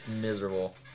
Miserable